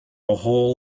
whole